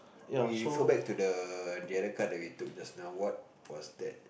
you refer back to the the other card that we took just now what was that